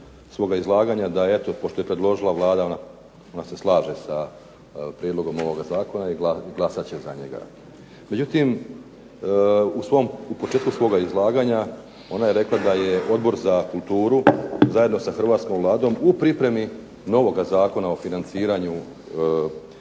svoga izlaganja, da eto pošto je predložila Vlada, ona se slaže sa prijedlogom ovoga zakona i glasat će za njega. Međutim, u početku svoga izlaganja ona je rekla da je Odbor za kulturu zajedno sa hrvatskom Vladom u pripremi novoga Zakona o financiranju